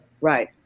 Right